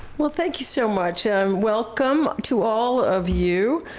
well thank you so much. um welcome to all of you.